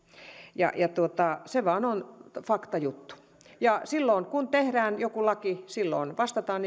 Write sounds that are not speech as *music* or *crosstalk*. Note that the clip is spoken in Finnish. se vain on fakta juttu silloin kun tehdään joku laki silloin vastataan *unintelligible*